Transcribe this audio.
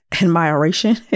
admiration